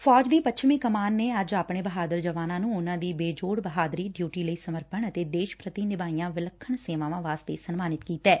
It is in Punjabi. ਫੌਜ ਦੀ ਪੱਛਮੀ ਕਮਾਨ ਨੇ ਅੱਜ ਆਪਣੇ ਬਹਾਦਰ ਜਵਾਨਾ ਨੂੰ ਉਨਾਂ ਦੀ ਬੇਜੋੜ ਬਹਾਦਰੀ ਡਿਊਟੀ ਲਈ ਸਮਰਪਣ ਅਤੇ ਦੇਸ਼ ਪ੍ਰਤੀ ਨਿਭਾਈਆਂ ਵਿਲੱਖਣ ਸੇਵਾਵਾਂ ਵਾਸਤੇ ਸਨਮਾਨਿਤ ਕੀਤੈ